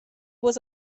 was